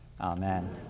Amen